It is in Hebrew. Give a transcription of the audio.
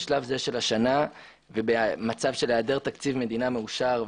בשלב זה של השנה ובמצב של היעדר תקציב מדינה מאושר,